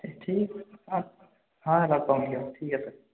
ঠিক ঠিক অঁ হয় লগ পাম দিয়ক ঠিক আছে